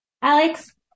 Alex